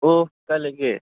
ꯑꯣ ꯀꯥꯏ ꯂꯩꯒꯦ